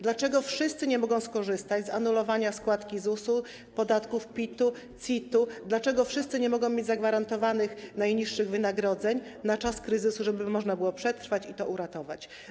Dlaczego wszyscy nie mogą skorzystać z anulowania składki ZUS-u, podatków: PIT-u, CIT-u, dlaczego wszyscy nie mogą mieć zagwarantowanych najniższych wynagrodzeń na czas kryzysu, żeby można było przetrwać i to uratować?